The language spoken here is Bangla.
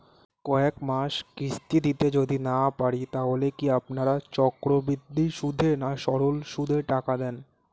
কয়েক মাস কিস্তি দিতে যদি না পারি তাহলে কি আপনারা চক্রবৃদ্ধি সুদে না সরল সুদে টাকা দেন?